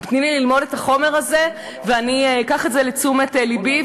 תני לי ללמוד את החומר הזה ואני אקח את זה לתשומת לבי.